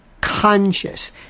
conscious